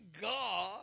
God